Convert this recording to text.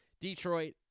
Detroit